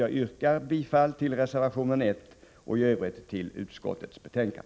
Jag yrkar bifall till reservationen 1 och i övrigt bifall till utskottets hemställan.